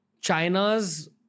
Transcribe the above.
China's